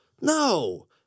no